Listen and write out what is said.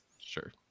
sure